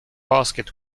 basket